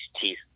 teeth